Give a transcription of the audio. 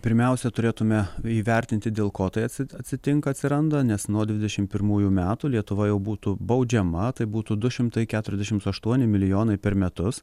pirmiausia turėtume įvertinti dėl ko tai atsi atsitinka atsiranda nes nuo dvidešimt pirmųjų metų lietuva jau būtų baudžiama tai būtų du šimtai keturiasdešimt aštuoni milijonai per metus